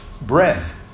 breath